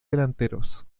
delanteros